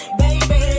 baby